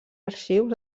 arxius